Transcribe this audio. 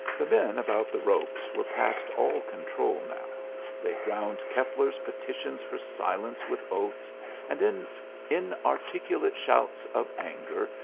the men about the ropes were past all control now they drowned keppler's petitions for silence with oaths and in inarticulate shouts of anger,